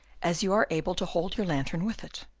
as you are able to hold your lantern with it.